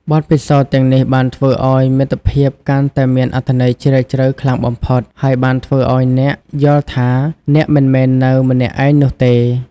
បទពិសោធន៍ទាំងនេះបានធ្វើឱ្យមិត្តភាពកាន់តែមានអត្ថន័យជ្រាលជ្រៅខ្លាំងបំផុត ហើយបានធ្វើឱ្យអ្នកយល់ថា អ្នកមិនមែននៅម្នាក់ឯងនោះទេ។